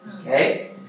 Okay